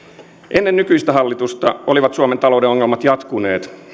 ennen nykyistä hallitusta olivat suomen talouden ongelmat jatkuneet